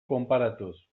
konparatuz